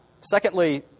secondly